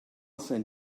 send